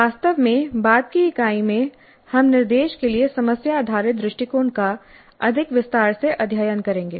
वास्तव में बाद की इकाई में हम निर्देश के लिए समस्या आधारित दृष्टिकोण का अधिक विस्तार से अध्ययन करेंगे